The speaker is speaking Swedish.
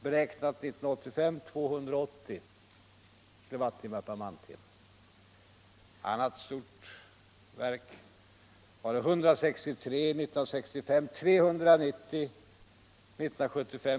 beräknat 1985 — 280. I ett annat stort verk var det 163 år 1965 och 390 år 1975.